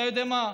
אתה יודע מה,